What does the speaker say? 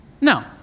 No